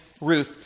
Ruth